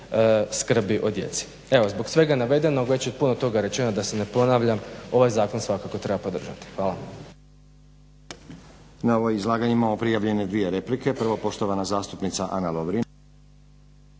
skrbi o djeci. Evo zbog svega navedenog već je puno toga rečeno da se ne ponavljam ovaj zakon svakako treba podržati. Hvala. **Stazić, Nenad (SDP)** Na ovo izlaganje imamo prijavljene dvije replike. Prvo poštovana zastupnica Ana Lovrin.